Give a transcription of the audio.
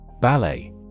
Ballet